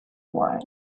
why